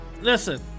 listen